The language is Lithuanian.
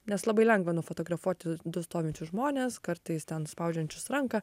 nes labai lengva nufotografuoti du stovinčius žmones kartais ten spaudžiančius ranką